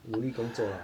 努力工作啊